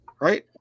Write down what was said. right